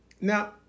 Now